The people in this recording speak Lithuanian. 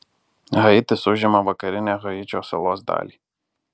haitis užima vakarinę haičio salos dalį